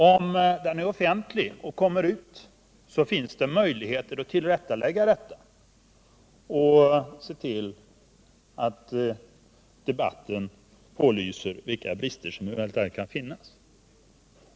Om den blir offentlig finns det möjlighet att tillrättalägga felaktigheterna och se till att debatten pålyser vilka brister som eventuellt kan finnas.